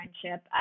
friendship